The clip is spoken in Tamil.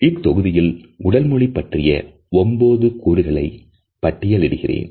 இத்தொகுதியில் உடல் மொழி பற்றிய 9 கூறுகளை பட்டியலிடுகிறேன்